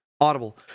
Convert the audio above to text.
Audible